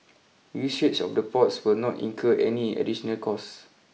usage of the ports will not incur any additional costs